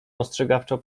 ostrzegawczo